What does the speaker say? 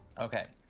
okay.